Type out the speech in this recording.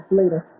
later